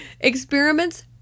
Experiments